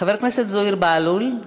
חבר הכנסת זוהר בהלול,